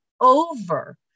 over